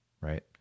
right